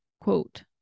quote